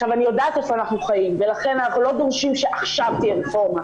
אני יודעת איפה אנחנו חיים ולכן אנחנו לא דורשים שעכשיו תהיה רפורמה,